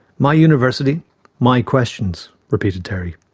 my university my questions' repeated terryuh-oh.